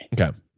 Okay